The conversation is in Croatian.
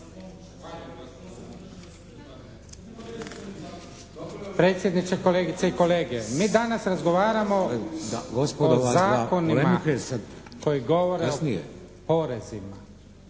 Predsjedniče, kolegice i kolege! Mi danas razgovaramo o zakonima koji govore o porezima